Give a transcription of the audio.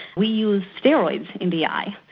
we use steroids in the eye,